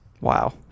Wow